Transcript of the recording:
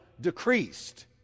decreased